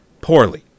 poorly